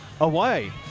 away